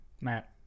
Matt